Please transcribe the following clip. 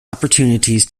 opportunities